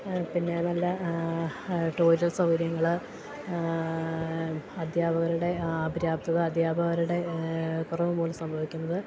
പിന്നേ നല്ല ടോയ്ലറ്റ് സൗകര്യങ്ങൾ അദ്ധ്യാപകരുടെ അപര്യാപ്തത അദ്ധ്യാപകരുടെ കുറവു മൂലം സംഭവിക്കുന്നത്